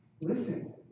listen